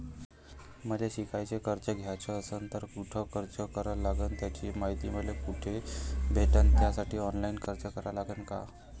मले शिकायले कर्ज घ्याच असन तर कुठ अर्ज करा लागन त्याची मायती मले कुठी भेटन त्यासाठी ऑनलाईन अर्ज करा लागन का?